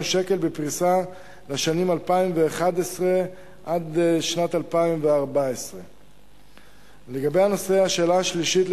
שקל בפריסה לשנים 2011 2014. השאלה השלישית,